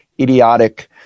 idiotic